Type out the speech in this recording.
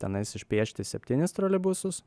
tenais išpiešti septynis troleibusus